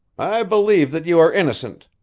i believe that you are innocent,